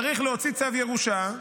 צריך להוציא צו ירושה,